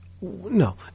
No